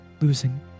losing